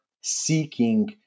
seeking